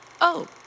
Oh